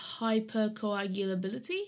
hypercoagulability